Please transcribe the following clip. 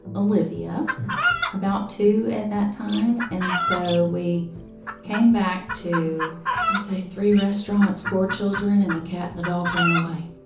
olivia about two at that time. and so we came back to i'll say three restaurants, four children, and the and the dog ran away